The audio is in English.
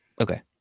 Okay